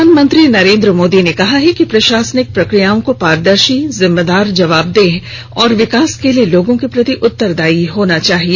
प्रधानमंत्री नरेन्द्र मोदी ने कहा है कि प्रशासनिक प्रक्रियाओं को पारदर्शी जिम्मेदार जवाबदेह और विकास के लिए लोगों के प्रति उत्तरदायी होना चाहिए